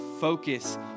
focus